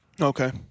Okay